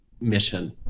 mission